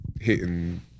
hitting